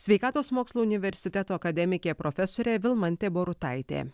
sveikatos mokslų universiteto akademikė profesorė vilmantė borutaitė